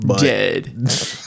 dead